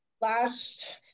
last